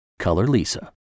ColorLisa